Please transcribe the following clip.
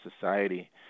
society